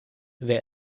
wer